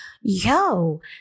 yo